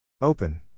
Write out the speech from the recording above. Open